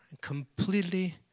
completely